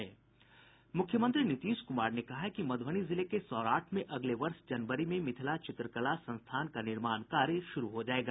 मुख्यमंत्री नीतीश कुमार ने कहा है कि मधुबनी जिले के सौराठ में अगले वर्ष जनवरी में मिथिला चित्रकला संस्थान का निर्माण कार्य शुरू हो जाएगा